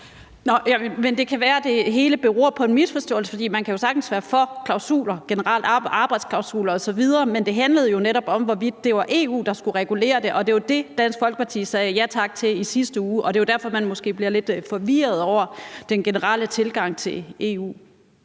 Det kan være, det hele beror på en misforståelse, for man kan jo sagtens være for klausuler generelt, arbejdsklausuler osv., men det handlede netop om, hvorvidt det var EU, der skulle regulere det. Det var det, Dansk Folkeparti sagde ja tak til i sidste uge, og det er derfor, man måske bliver lidt forvirret over den generelle tilgang til EU.